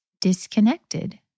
disconnected